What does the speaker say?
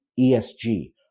ESG